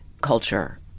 culture